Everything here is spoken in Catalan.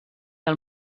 del